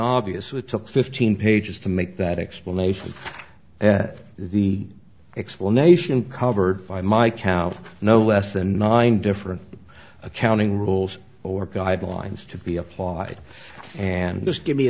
obvious which took fifteen pages to make that explanation and the explanation covered by my count no less than nine different accounting rules or guidelines to be applied and this give me